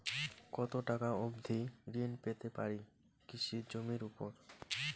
কত টাকা অবধি ঋণ পেতে পারি কৃষি জমির উপর?